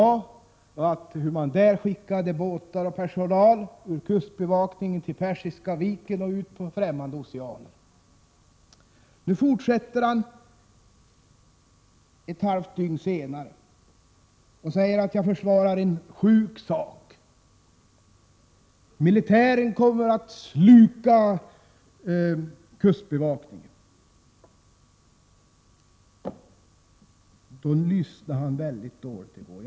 Vi fick höra hur man där skickade båtar och personal från kustbevakningen till Persiska viken eller ut på fftämmande oceaner. Nu fortsätter han ett halvt dygn senare och säger att jag försvarar en sjuk sak — militären kommer att sluka kustbevakningen. Han måste ha lyssnat mycket dåligt i går.